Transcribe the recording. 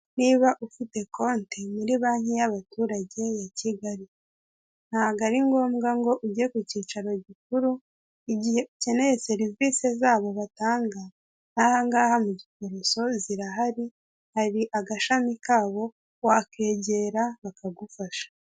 Niba ufite konte muri banke y'abaturage ya Kigali ntago ari ngombwa ngo ujye ku kicaro gikuru igihe ukeneye serivisi zabo batanga nkaha ngaha mu giporoso zirahari, hari agashami kabo wakegera bakagufasha.